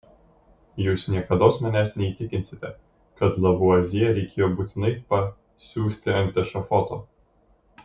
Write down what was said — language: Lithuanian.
jūs niekados manęs neįtikinsite kad lavuazjė reikėjo būtinai pa siųsti ant ešafoto